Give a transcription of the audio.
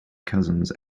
cousins